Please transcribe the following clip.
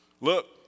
Look